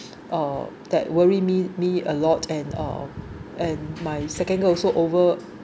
uh that worry me me a lot and uh and my second girl also over